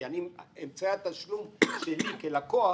כי אמצעי התשלום שלי כלקוח